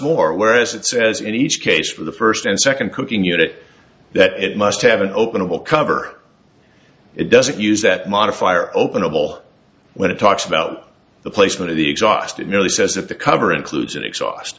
more where as it says in each case for the first and second cooking unit that it must have an open hole cover it doesn't use that modifier openable when it talks about the placement of the exhaust it merely says if the cover includes an exhaust